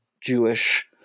Jewish –